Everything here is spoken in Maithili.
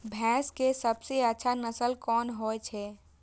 भैंस के सबसे अच्छा नस्ल कोन होय छे?